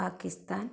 Pakistan